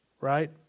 right